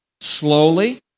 slowly